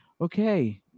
okay